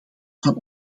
van